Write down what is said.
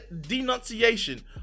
denunciation